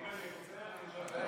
איפה ההצבעה,